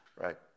Right